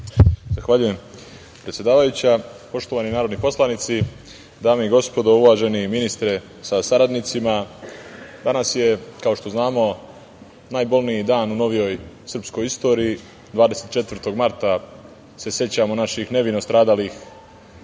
Zahvaljujem, predsedavajuća. Poštovani narodni poslanici, dame i gospodo, uvaženi ministre sa saradnicima, danas je, kao što znamo, najbolniji dan u novijoj srpskoj istoriji. Dana 24. marta se sećamo naših nevino stradalih